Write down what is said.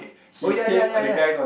oh ya ya ya ya